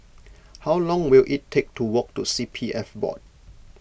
how long will it take to walk to C P F Board